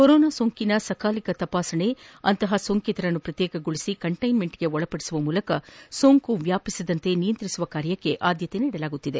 corona ಸೋಂಕಿನ ಸಕಾಲಿಕ ತಪಾಸಣೆ ಅಂತಪ ಸೋಂಕಿತರನ್ನು ಪ್ರತ್ಯೇಕಗೊಳಿಸಿ ಕಂಟೈನ್ಮೆಂಟ್ಗೆ ಒಳಪಡಿಸುವ ಮೂಲಕ ಸೋಂಕು ವ್ಲಾಪಿಸದಂತೆ ನಿಯಂತ್ರಿಸುವ ಕಾರ್ಯಕ್ಕೆ ಆದ್ದತೆ ನೀಡಲಾಗುತ್ತಿದೆ